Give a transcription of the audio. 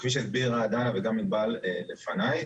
כפי שהסבירה דנה וגם ענבל לפניי,